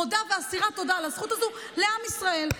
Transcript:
מודה ואסירת תודה על הזכות הזאת, לעם ישראל.